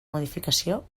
modificació